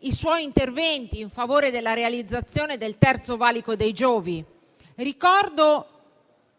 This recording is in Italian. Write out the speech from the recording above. i suoi interventi in favore della realizzazione del terzo valico dei Giovi. Ricordo